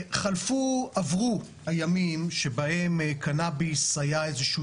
חלפו עברו הימים שבהם קנאביס היה איזשהו